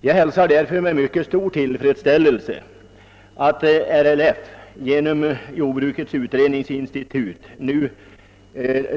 Jag hälsar därför med mycket stor tillfredsställelse, att RLF med hjälp av Jordbrukets utredningsinstitut nu